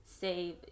save